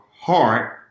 heart